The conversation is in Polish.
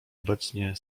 obecnie